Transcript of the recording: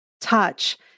touch